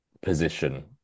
position